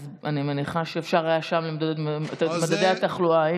אני מניחה שאפשר היה למדוד שם את מדדי התחלואה.